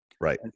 Right